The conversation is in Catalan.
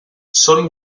són